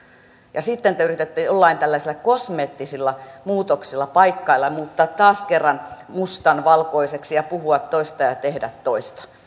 ja sitten te yritätte jollain tällaisilla kosmeettisilla muutoksilla paikkailla ja muuttaa taas kerran mustan valkoiseksi ja puhua toista ja tehdä toista